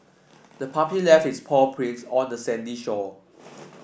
the puppy left its paw prints on the sandy shore